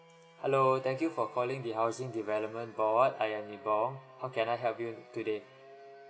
hello thank you for calling the housing development board I am nibong how can I help you today